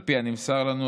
על פי הנמסר לנו,